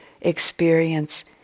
experience